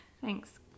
Thanks